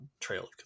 Trail